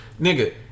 Nigga